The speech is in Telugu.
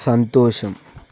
సంతోషం